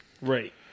Right